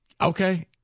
Okay